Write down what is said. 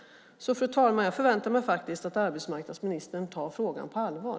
Fru talman! Jag förväntar mig faktiskt att arbetsmarknadsministern tar frågan på allvar.